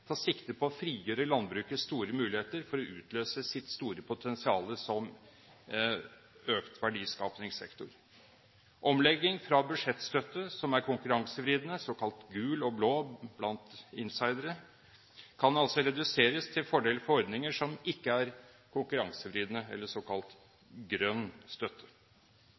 sikte på å frigjøre landbrukets store muligheter til å utløse sitt potensial som sektor for økt verdiskapning. Omlegging fra budsjettstøtte som er konkurransevridende – såkalt gul og blå støtte, blant insidere – kan altså reduseres til fordel for ordninger som ikke er konkurransevridende, såkalt grønn støtte.